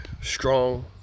strong